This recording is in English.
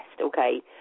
okay